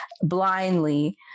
blindly